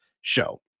show